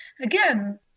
again